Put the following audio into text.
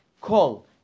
Call